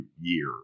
year